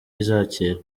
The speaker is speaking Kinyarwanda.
izakira